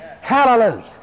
Hallelujah